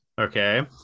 okay